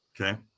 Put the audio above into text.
Okay